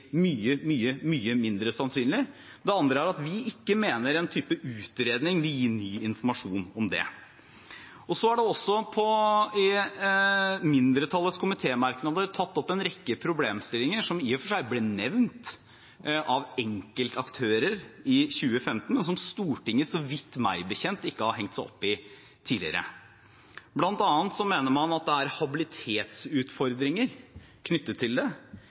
vi ikke mener en type utredning vil gi ny informasjon om det. Det er i mindretallets komitémerknader også tatt opp en rekke problemstillinger som i og for seg ble nevnt av enkeltaktører i 2015, men som Stortinget meg bekjent ikke har hengt seg opp i tidligere. Blant annet mener man at det er habilitetsutfordringer knyttet til det.